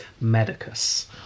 Medicus